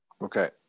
Okay